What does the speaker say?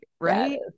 right